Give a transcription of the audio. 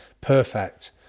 perfect